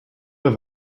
have